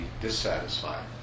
dissatisfied